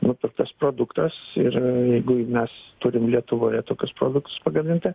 nupirktas produktas ir jeigu jį mes turim lietuvoje tokius produktus pagaminti